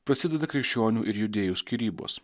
prasideda krikščionių ir judėjų skyrybos